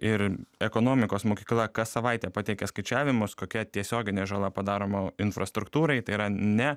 ir ekonomikos mokykla kas savaitę pateikia skaičiavimus kokia tiesioginė žala padaroma infrastruktūrai tai yra ne